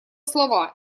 слова